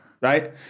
Right